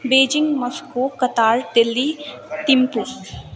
Beijing Moscow Qatar Delhi Thimphu